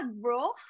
bro